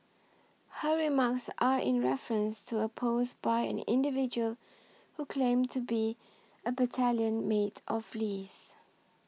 her remarks are in reference to a post by an individual who claimed to be a battalion mate of Lee's